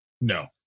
No